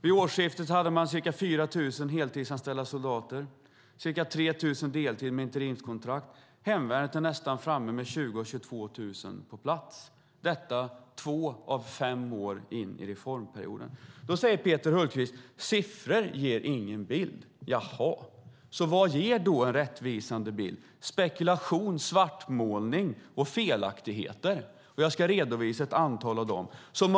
Vid årsskiftet hade man ca 4 000 heltidsanställda soldater och ca 3 000 på deltid med interimskontrakt. Hemvärnet är nästan framme med 20 000 av 22 000 på plats. Så ser det ut två av fem år in på reformperioden. Då säger Peter Hultqvist: Siffror ger ingen bild. Vad ger då en rättvisande bild? Är det spekulation och svartmålning och felaktigheter? Jag ska kommentera en del av dem.